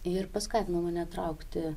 ir paskatino mane traukti